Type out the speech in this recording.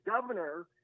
governor